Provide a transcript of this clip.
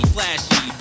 Flashy